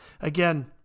Again